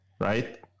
right